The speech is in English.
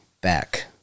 back